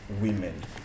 women